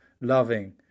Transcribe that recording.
loving